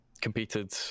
competed